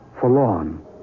forlorn